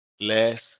Less